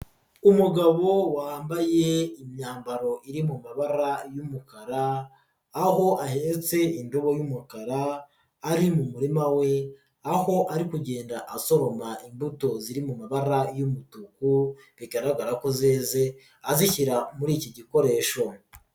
Umugabo wambaye imyambaro iri mu mabara y'umukara, aho ahetse indobo y'umukara ari mu murima we, aho ari kugenda asoroma imbuto ziri mu mabara y'umutuku bigaragara ko zeze azishyira muri iki gikoresho.